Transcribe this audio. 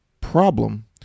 problem